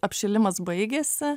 apšilimas baigėsi